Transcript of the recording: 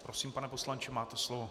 Prosím, pane poslanče, máte slovo.